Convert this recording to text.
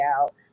out